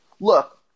look